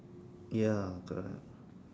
ya correct